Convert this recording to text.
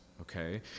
Okay